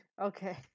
Okay